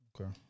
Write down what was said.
okay